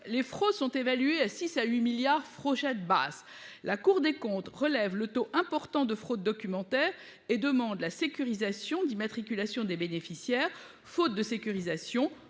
les fraudes sont évalués à 6 à 8 milliards. Froget de basse, la Cour des comptes relève le taux important de fraude documentaire et demandent la sécurisation d'immatriculation des bénéficiaires. Faute de sécurisation,